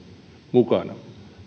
mukana